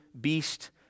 beast